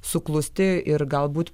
suklusti ir galbūt